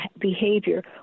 behavior